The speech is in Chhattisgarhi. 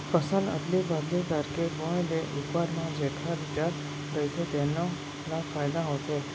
फसल अदली बदली करके बोए ले उप्पर म जेखर जर रहिथे तेनो ल फायदा होथे